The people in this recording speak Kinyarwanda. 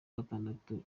gatandatu